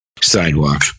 sidewalk